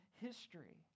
history